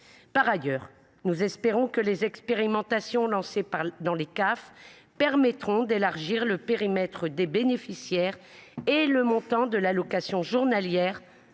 Par ailleurs, nous espérons que les expérimentations lancées dans les CAF permettront d’élargir le périmètre des bénéficiaires et le montant de l’allocation journalière